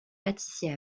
pâtissier